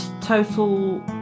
total